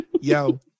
yo